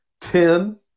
Ten